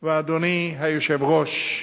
אדוני היושב-ראש,